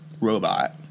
robot